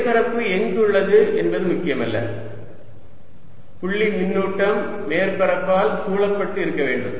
மேற்பரப்பு எங்குள்ளது என்பது முக்கியமல்ல புள்ளி மின்னூட்டம் மேற்பரப்பால் சூழப்பட்டு இருக்க வேண்டும்